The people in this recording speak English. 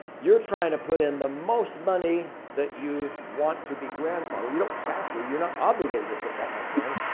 you're trying to put in the most money that you want to be grandfather. you don't have to. you're not obligated to put that much in.